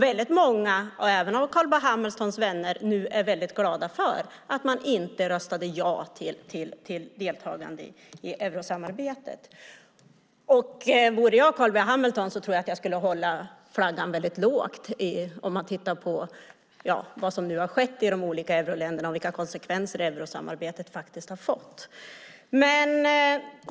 Väldigt många, även av Carl B Hamiltons vänner, är nu väldigt glada för att de inte röstade ja till deltagande i eurosamarbetet. Vore jag Carl B Hamilton tror jag att jag skulle hålla flaggan väldigt lågt, med tanke på vad som nu har skett i de olika euroländerna och vilka konsekvenser eurosamarbetet faktiskt har fått.